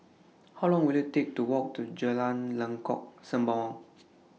How Long Will IT Take to Walk to Jalan Lengkok Sembawang